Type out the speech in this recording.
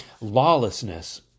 lawlessness